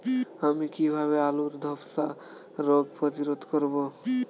আমি কিভাবে আলুর ধ্বসা রোগ প্রতিরোধ করব?